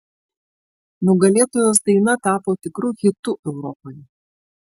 nugalėtojos daina tapo tikru hitu europoje